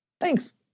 Thanks